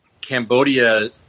Cambodia